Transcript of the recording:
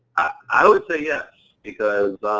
i would say yes, because